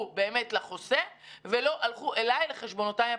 באמת לחוסה ולא הלכו אליי אל חשבונותיי הפרטיים?